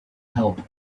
help